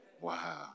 Wow